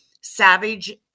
Savage